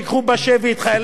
את משרתי הקבע.